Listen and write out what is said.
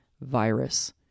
virus